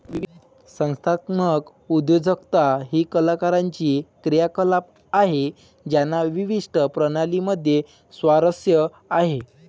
संस्थात्मक उद्योजकता ही कलाकारांची क्रियाकलाप आहे ज्यांना विशिष्ट प्रणाली मध्ये स्वारस्य आहे